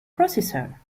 processor